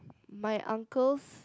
my uncle's